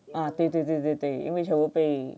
啊对对对对对因为全部被